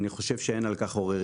אני חושב שאין על כך עוררין,